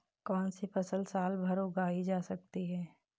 कौनसी फसल साल भर उगाई जा सकती है?